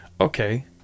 okay